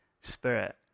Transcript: spirit